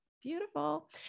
beautiful